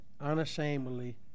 unashamedly